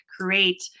create